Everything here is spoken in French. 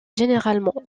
généralement